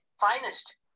finest